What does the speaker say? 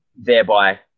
thereby